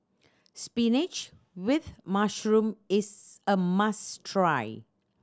spinach with mushroom is a must try